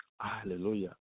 Hallelujah